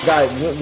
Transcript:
Guys